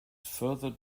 further